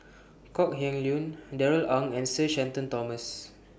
Kok Heng Leun Darrell Ang and Sir Shenton Thomas